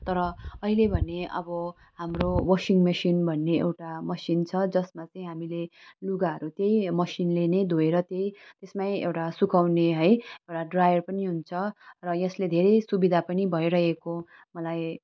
तर अहिले भने अब हाम्रो वासिङ मेसिन भन्ने एउटा मेसिन छ जसमा चाहिँ हामीले लुगाहरू त्यही मेसिनले नै धोएर तै त्यसमै एउटा सुकाउने है एउटा ड्राइयर पनि हुन्छ र यसले धेरै सुविधा पनि भइरहेको मलाई